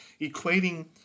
equating